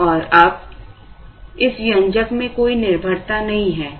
और अब इस व्यंजक में कोई निर्भरता नहीं है